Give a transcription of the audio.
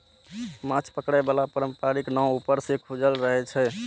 माछ पकड़े बला पारंपरिक नाव ऊपर सं खुजल रहै छै